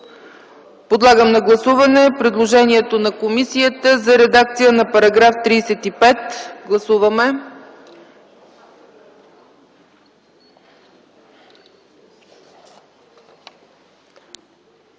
Подлагам на гласуване предложението на комисията за редакция на § 35. Гласували